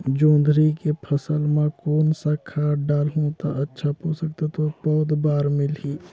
जोंदरी के फसल मां कोन सा खाद डालहु ता अच्छा पोषक तत्व पौध बार मिलही?